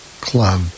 club